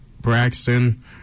Braxton